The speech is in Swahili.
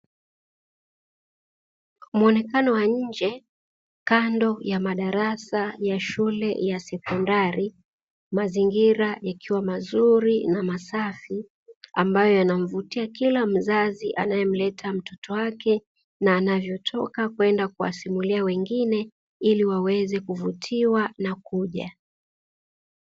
Muonekano wa nje kando ya madarasa ya shule ya sekondari mazingira yakiwa mazuri na masafi, ambayo yanamvutia kila mzazi anayemleta mtoto wake na alitoka kwenda kuwasimulia wengine ili waweze kuvutiwa na kuja.